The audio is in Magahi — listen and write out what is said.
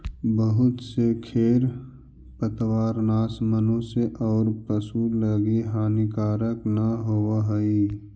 बहुत से खेर पतवारनाश मनुष्य औउर पशु लगी हानिकारक न होवऽ हई